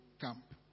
camp